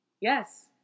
Yes